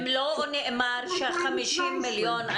לא נאמר 50 מיליון.